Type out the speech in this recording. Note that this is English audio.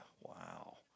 Wow